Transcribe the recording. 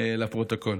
לפרוטוקול.